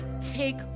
take